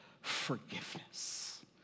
forgiveness